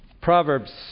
Proverbs